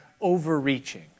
overreaching